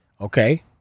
Okay